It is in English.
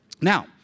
Now